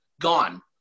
gone